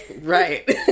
Right